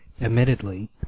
Admittedly